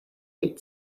eight